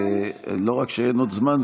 לא רק שאין עוד זמן,